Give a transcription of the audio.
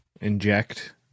inject